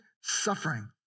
suffering